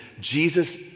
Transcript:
Jesus